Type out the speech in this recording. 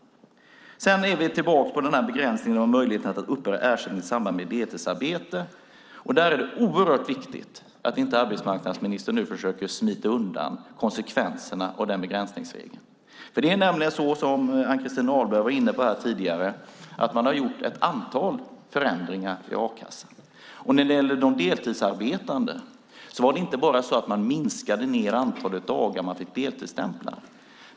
Sedan är vi tillbaka på begränsningen av möjligheten att uppbära ersättning i samband med deltidsarbete. Där är det oerhört viktigt att inte arbetsmarknadsministern nu försöker smita undan konsekvenserna av den begränsningsregeln. Det är nämligen så, som Ann-Christin Ahlberg var inne på tidigare, att man har gjort ett antal förändringar i a-kassan. När det gäller de deltidsarbetande var det inte bara så att man minskade antalet dagar som människor fick deltidsstämpla.